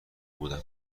بودم